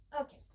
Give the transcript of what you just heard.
okay